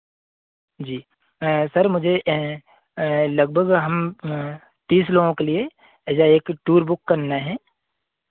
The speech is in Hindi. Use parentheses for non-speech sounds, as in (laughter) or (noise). जी सर मुझे लगभग हम तीस लोगों के लिए (unintelligible) एक टूर बुक करना है